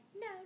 no